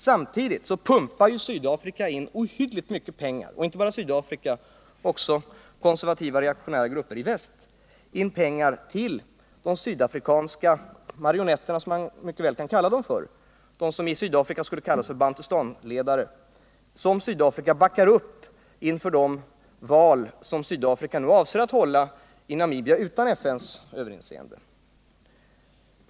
Samtidigt pumpar Sydafrika och vissa konservativa eller reaktionära grupper i väst in ohyggligt mycket pengar till de sydafrikanska marionetterna —sådana som i Sydafrika skulle kallas bantustanledare — som Sydafrika backar upp inför de val man avser att hålla i Namibia utan FN:s överinseende.